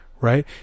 right